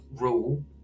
rule